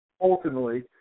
Ultimately